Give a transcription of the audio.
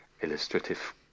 illustrative